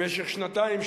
במשך שנתיים,